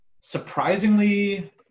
surprisingly